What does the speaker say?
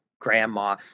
grandma